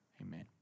Amen